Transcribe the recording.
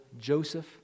Joseph